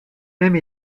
même